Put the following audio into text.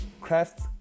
Craft